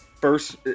first